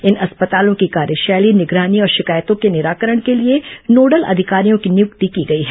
इन अस्पतालों की कार्यशैली निगरानी और शिकायतों के निराकरण के लिए नोडल अधिकारियों की नियुक्ति की गई है